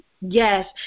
Yes